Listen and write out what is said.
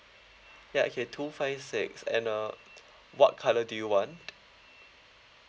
ya okay two five six and uh what colour do you want